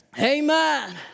amen